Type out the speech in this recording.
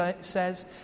says